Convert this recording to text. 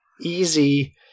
easy